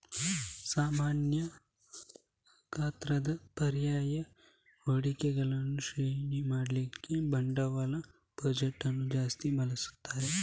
ಸಮಾನ ಗಾತ್ರದ ಪರ್ಯಾಯ ಹೂಡಿಕೆಗಳನ್ನ ಶ್ರೇಣಿ ಮಾಡ್ಲಿಕ್ಕೆ ಬಂಡವಾಳ ಬಜೆಟ್ ಅನ್ನು ಜಾಸ್ತಿ ಬಳಸ್ತಾರೆ